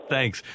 Thanks